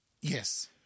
Yes